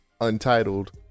untitled